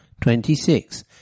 Twenty-six